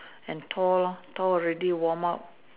and thaw lor thaw already warm up